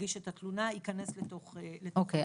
יגיש את התלונה, ייכנס לתוך --- אוקיי.